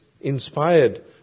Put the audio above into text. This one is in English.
inspired